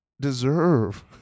deserve